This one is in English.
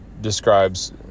describes